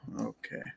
Okay